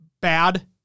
bad